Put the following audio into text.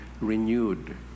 renewed